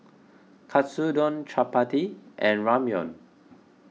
Katsudon Chapati and Ramyeon